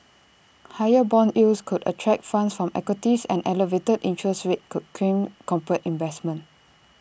higher Bond yields could attract funds from equities and elevated interest rates could crimp corporate investment